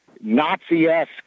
Nazi-esque